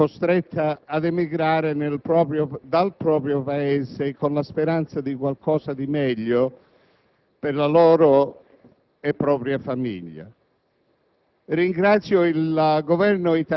Gente povera e disperata, costretta ad emigrare dal proprio Paese nella speranza di trovare qualcosa di meglio per sé e per la propria famiglia.